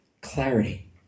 clarity